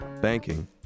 Banking